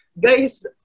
guys